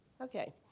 Okay